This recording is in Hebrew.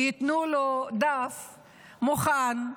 וייתנו לו דף מוכן,